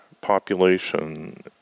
population